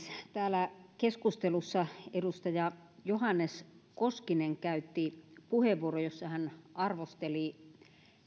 täällä keskustelussa edustaja johannes koskinen käytti puheenvuoron jossa hän arvosteli tätä